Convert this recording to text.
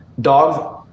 dogs